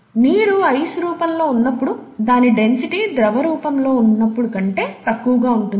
నీరు ఐస్ రూపంలో ఉన్నప్పుడు దాని డెన్సిటీ ద్రవ రూపంలో ఉన్నప్పుడు కంటే తక్కువగా ఉంటుంది